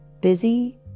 busy